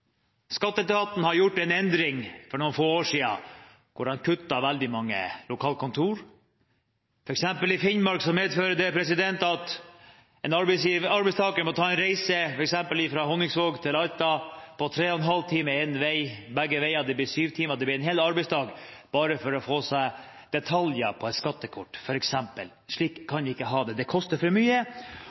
Skatteetaten gjorde en endring for noen få år siden, der de kuttet veldig mange lokalkontor. I Finnmark medfører det f.eks. at en arbeidstaker må ta en reise fra Honningsvåg til Alta på tre og en halv time én vei. Begge veier blir da syv timer, det blir en hel arbeidsdag bare for å få seg detaljer på et skattekort f.eks. Slik kan vi ikke ha det. Det koster for mye,